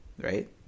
right